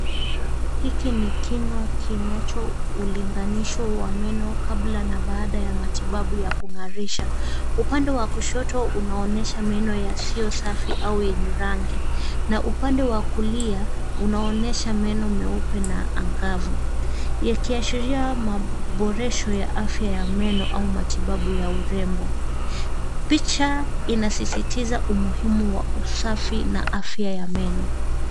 Hiki ni kinywa kinacholinganisho wa meno kabla na baada ya matibabu ya kungarisha. Upande wa kushoto unaonyesha meno yasiyo safi au yenye rangi na upande wa kulia unaonyesha meno meupe na angavu yakiashiria maboresho ya afya ya meno au matibabu ya urembo. Picha inasisitiza umuhimu wa usafi na afya ya meno.